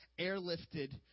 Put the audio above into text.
airlifted